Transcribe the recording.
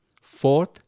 Fourth